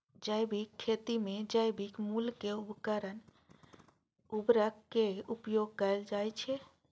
जैविक खेती मे जैविक मूल के उर्वरक के उपयोग कैल जाइ छै